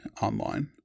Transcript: online